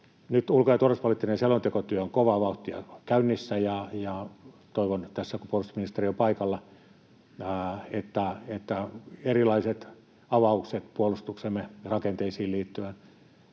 Nyt ulko‑ ja turvallisuuspoliittinen selontekotyö on kovaa vauhtia käynnissä. Toivon tässä, kun puolustusministeri on paikalla, että erilaiset avaukset puolustuksemme rakenteisiin liittyen